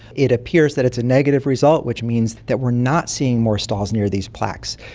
it appears that it's a negative result, which means that we are not seeing more stalls near these plaques.